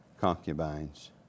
concubines